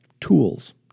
tools